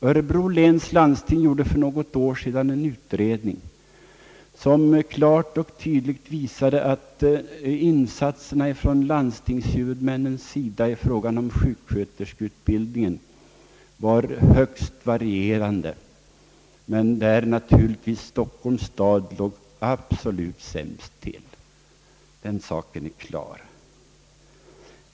Örebro läns landsting gjorde för några år sedan en utredning som klart och tydligt visade att insatserna från landstingshuvudmännen i fråga om sjuksköterskeutbildningen var högst varierande, men där naturligtvis Stockholms stad låg absolut sämst till — den saken är klar.